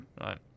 Right